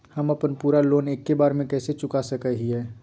हम अपन पूरा लोन एके बार में कैसे चुका सकई हियई?